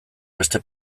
beste